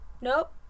nope